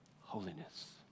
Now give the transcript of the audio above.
holiness